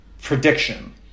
prediction